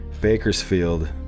Bakersfield